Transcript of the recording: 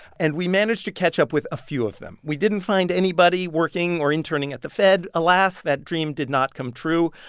and we managed to catch up with a few of them. we didn't find anybody working or interning at the fed. alas, that dream did not come true.